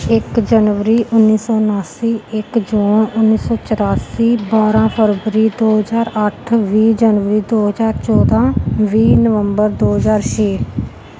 ਇੱਕ ਜਨਵਰੀ ਉੱਨੀ ਸੌ ਉਨਾਸੀ ਇੱਕ ਜੂਨ ਉੱਨੀ ਸੌ ਚੌਰਾਸੀ ਬਾਰਾਂ ਫਰਵਰੀ ਦੋ ਹਜ਼ਾਰ ਅੱਠ ਵੀਹ ਜਨਵਰੀ ਦੋ ਹਜ਼ਾਰ ਚੌਦਾਂ ਵੀਹ ਨਵੰਬਰ ਦੋ ਹਜ਼ਾਰ ਛੇ